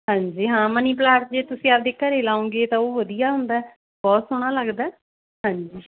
ਹਾਂਜੀ ਹਾਂ money plant ਜੇ ਤੁਸੀਂ ਆਪਣੇ ਘਰ ਲਾਉਗੇ ਤਾਂ ਉਹ ਵਧੀਆ ਹੁੰਦਾ ਬਹੁਤ ਸੋਹਣਾ ਲੱਗਦਾ ਹਾਂਜੀ